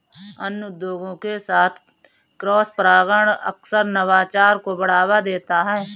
अन्य उद्योगों के साथ क्रॉसपरागण अक्सर नवाचार को बढ़ावा देता है